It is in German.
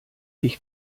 ich